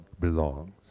belongs